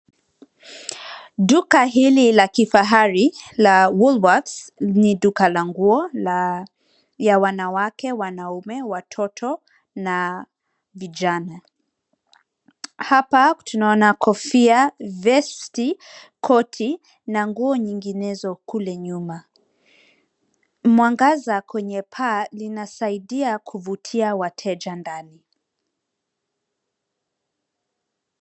Duka hili la kifahari la Wolworths. Ni duka la nguo la wanawake, wanaume, watoto na vijana. Hapa tunaona kofia, vesti, koti na nguo nyinginezo kwenye nyumba. Mwanga kwenye paa linasaidia kuvutia wateja ndani.